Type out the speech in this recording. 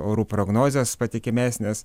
orų prognozės patikimesnės